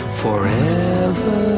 forever